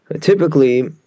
typically